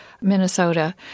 Minnesota